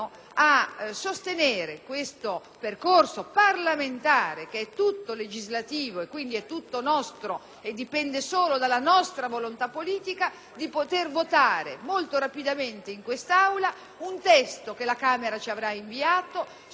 legislativo, e quindi tutto nostro. Dipende solo dalla nostra volontà politica poter votare molto rapidamente in Aula il testo che la Camera ci invierà, sul quale sono certa che maggioranza e opposizione si ritroveranno.